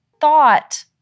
thought –